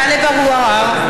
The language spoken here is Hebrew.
(קוראת בשמות חברי הכנסת) טלב אבו עראר,